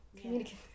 communicate